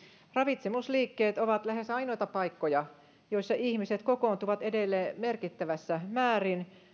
ravitsemusliikkeet ovat lähes ainoita paikkoja joissa ihmiset kokoontuvat edelleen merkittävässä määrin